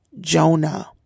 Jonah